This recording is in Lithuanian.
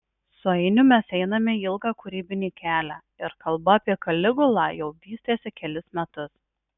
su ainiu mes einame ilgą kūrybinį kelią ir kalba apie kaligulą jau vystėsi kelis metus